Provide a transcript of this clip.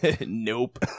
Nope